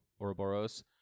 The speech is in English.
Ouroboros